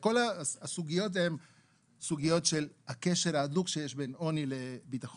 וכל הסוגיות הן סוגיות של הקשר ההדוק שיש בין עוני לביטחון